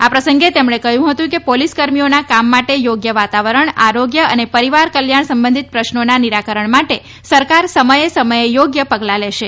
આ પ્રસંગે તેમણે કહ્યું હતું કે પોલીસ કર્મીઓના કામ માટે થોગ્ય વાતાવરણ આરોગ્ય અને પરિવાર કલ્યાણ સંબંધિત પ્રશ્નોના નિરાકરણ માટે સરકાર સમયે સમયે યોગ્ય પગલાં લેશે